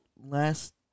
last